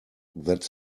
that